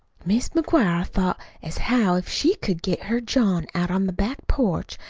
mis' mcguire thought as how if she could get her john out on the back porch,